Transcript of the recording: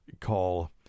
call